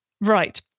Right